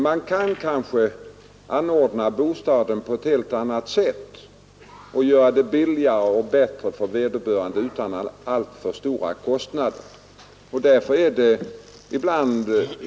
Bostaden kanske skulle kunna inrättas på ett helt annat sätt, så att den blev bättre för vederbörande men ändå inte medförde alltför stora kostnader.